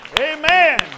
Amen